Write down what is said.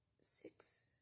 six